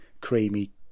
creamy